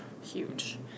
huge